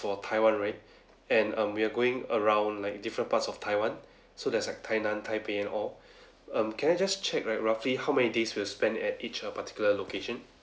for taiwan right and um we're going around like different parts of taiwan so there's like tainan taipei and all um can I just check right roughly how many days we'll spend at each err particular location